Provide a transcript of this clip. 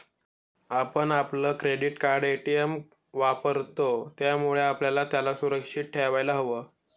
आपण आपलं credit card, ATM वापरतो, त्यामुळे आपल्याला त्याला सुरक्षित ठेवायला हव